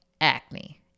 acne